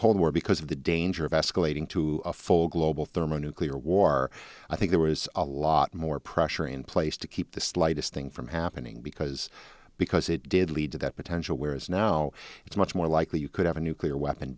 cold war because of the danger of escalating to a full global thermonuclear war i think there was a lot more pressure in place to keep the slightest thing from happening because because it did lead to that potential whereas now it's much more likely you could have a nuclear weapon